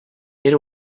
era